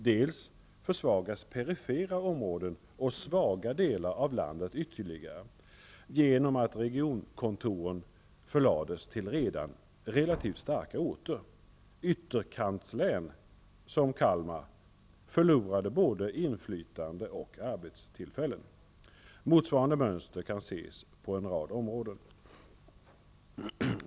Dels försvagas perifera områden och svaga delar av landet ytterligare, genom att regionkontoren förlades till redan relativt starka orter. Ytterkantslän, som Kalmar, förlorade både inflytande och arbetstillfällen. Motsvarande mönster kan ses på en rad områden.